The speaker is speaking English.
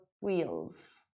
wheels